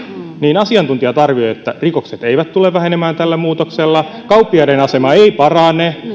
niin asiantuntijat arvioivat että rikokset eivät tule vähenemään tällä muutoksella kauppiaiden asema ei parane